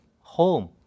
home